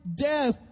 death